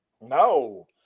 No